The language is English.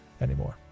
anymore